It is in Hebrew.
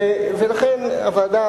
ולכן הוועדה,